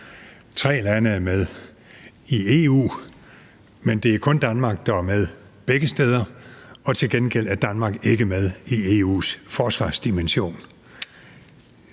tre lande er med i EU, men det er kun Danmark, der er med begge steder, og til gengæld er Danmark ikke med i EU's forsvarsdimension.